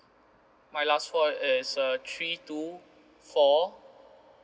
my last four is err three two four